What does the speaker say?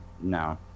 no